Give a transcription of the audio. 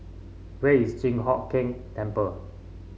where is Chi Hock Keng Temple